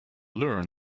learn